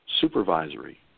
Supervisory